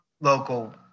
local